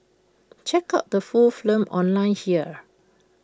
check out the full film online here